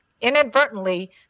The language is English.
Inadvertently